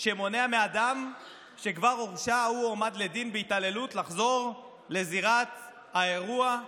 שמונע מאדם שכבר הורשע או הועמד לדין בהתעללות לחזור לזירת האירוע.